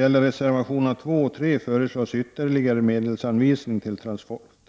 I reservationerna 2 och 3 föreslås ytterligare medelsanvisning till